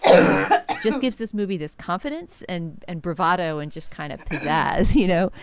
um just gives this movie this confidence and and bravado and just kind of pizzazz, you know,